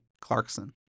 Clarkson